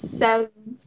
seven